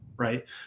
Right